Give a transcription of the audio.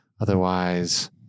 Otherwise